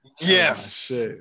Yes